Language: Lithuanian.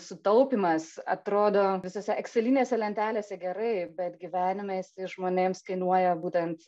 sutaupymas atrodo visose ekselinėse lentelėse gerai bet gyvenime jisai žmonėms kainuoja būtent